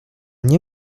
nie